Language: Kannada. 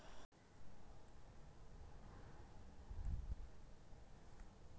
ಹಿಕೋರಿ ಮರಾ ಓಕ್ ಮರಾ ಮ್ಯಾಪಲ್ ಮರಾ ವಾಲ್ನಟ್ ಮರಾ ಇವೆಲ್ಲಾ ಹಾರ್ಡವುಡ್ ಟೈಪ್ದಾಗ್ ಬರ್ತಾವ್